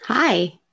Hi